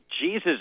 Jesus